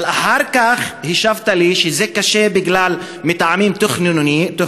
אבל אחר כך השבת לי שזה קשה מטעמים תכנוניים,